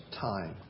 time